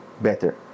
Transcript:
better